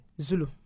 Zulu